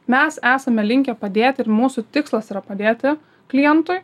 mes esame linkę padėti ir mūsų tikslas yra padėti klientui